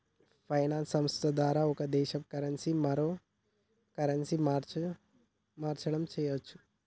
finance సంస్థల ద్వారా ఒక దేశ కరెన్సీ మరో కరెన్సీకి మార్చడం చెయ్యచ్చు